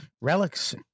Relics